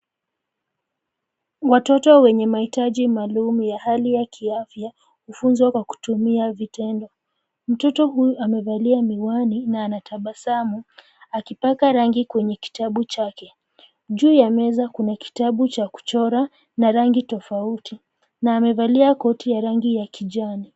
Watoto wenye mahitaji maalumu ya hali ya kiafya, kufunzwa kwa kutumia vitendo. Mtoto huyu amevalia miwani na anatabasamu, akipaka rangi kwenye kitabu chake. Juu ya meza kuna kitabu cha kuchora, na rangi tofauti, na amevalia koti ya rangi ya kijani.